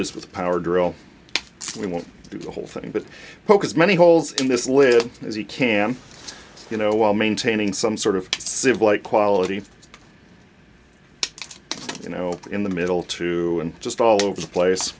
this with a power drill we want to do the whole thing but poke as many holes in this live as he can you know while maintaining some sort of civil like quality you know in the middle too and just all over the place